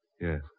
Yes